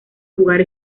jugar